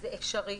וזה אפשרי.